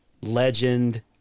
Legend